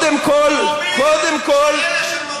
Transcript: אפס, אפס, אין לי מספיק אפסים, לאלה שתומכים.